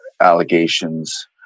allegations